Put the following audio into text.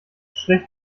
schlecht